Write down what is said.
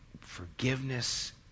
forgiveness